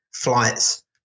flights